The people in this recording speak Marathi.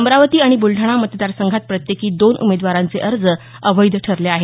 अमरावती आणि ब्रलडाणा मतदार संघात प्रत्येकी दोन उमेदवारांचे अर्ज अवैध ठरले आहेत